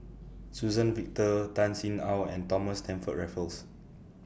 Suzann Victor Tan Sin Aun and Thomas Stamford Raffles